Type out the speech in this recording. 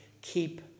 keep